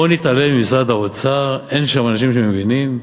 בוא נתעלם ממשרד האוצר, אין שם אנשים שמבינים,